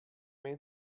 main